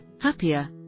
happier